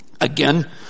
Again